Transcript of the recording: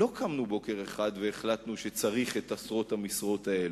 לא קמנו בוקר אחד והחלטנו שצריך את עשרות המשרות האלה.